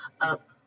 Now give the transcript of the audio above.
up